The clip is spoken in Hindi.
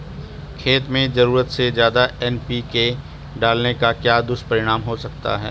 खेत में ज़रूरत से ज्यादा एन.पी.के डालने का क्या दुष्परिणाम हो सकता है?